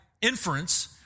inference